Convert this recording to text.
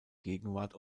gegenwart